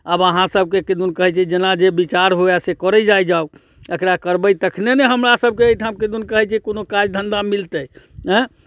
आब अहाँसभके किदुन कहै छै जेना जे विचार हुए से करै जाय जाउ एकरा करबै तखने ने हमरासभके एहिठाम किदुन कहै छै कोनो काज धन्धा मिलतै आँय